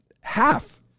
half